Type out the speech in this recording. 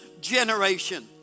generation